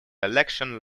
election